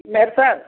hello sir